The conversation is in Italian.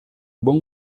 buon